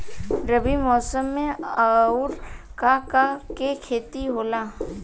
रबी मौसम में आऊर का का के खेती होला?